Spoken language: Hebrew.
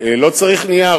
לא צריך נייר.